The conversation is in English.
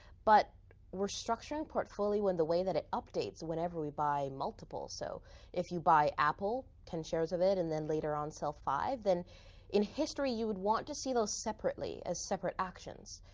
but we're structuring portfolio when the way that it updates whenever we buy multiples. so if you buy apple, ten shares of it, and then later on sell five, then in history you would want to see those separately as separate actions.